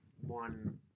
one